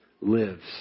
lives